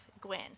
Gwen